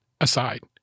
aside